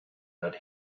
that